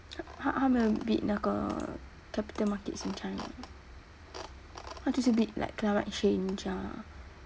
他没有 bid 那个 capital markets in china 他就是 bid like climate change ah